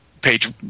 page